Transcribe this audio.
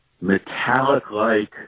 metallic-like